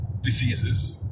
diseases